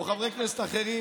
או חברי כנסת אחרים,